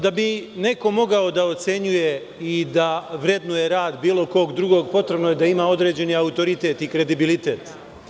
Da bi neko mogao da ocenjuje i da vrednuje rad bilo kog drugog, potrebno je da ima određeni autoritet i kredibilitet.